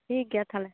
ᱴᱷᱤᱠ ᱜᱮᱭᱟ ᱛᱟᱦᱚᱞᱮ